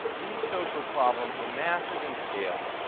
these social problems are massive in scale,